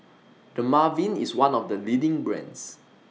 Dermaveen IS one of The leading brands